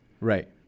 Right